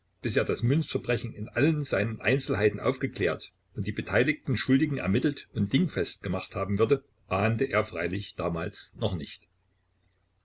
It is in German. er das münzverbrechen in allen seinen einzelheiten aufgeklärt und die beteiligten schuldigen ermittelt und dingfest gemacht haben würde ahnte er freilich damals noch nicht